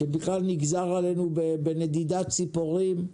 שבכלל נגזר עלינו בנדידת ציפורים,